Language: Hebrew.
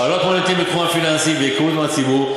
בעלות מוניטין בתחום הפיננסי והיכרות עם הציבור,